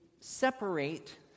separate